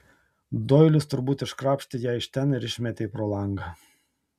doilis turbūt iškrapštė ją iš ten ir išmetė pro langą